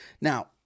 Now